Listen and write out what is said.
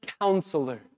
counselor